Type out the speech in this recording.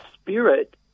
spirit